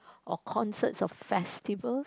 or concerts or festivals